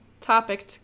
topic